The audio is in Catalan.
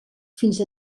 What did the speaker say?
fins